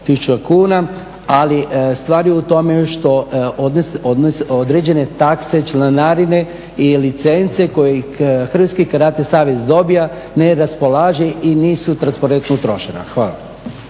ali stvar je u tome što određene takse, članarine i licence koje Hrvatski karate savez dobiva ne raspolaže i nisu transparentno utrošeni. Hvala.